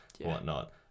whatnot